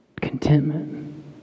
Contentment